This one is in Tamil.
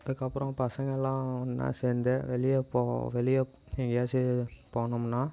அதுக்கு அப்புறம் பசங்கள்லாம் ஒன்னா சேர்ந்து வெளியே போவோம் வெளியே எங்கேயாச்சு போனோம்னா